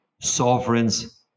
sovereigns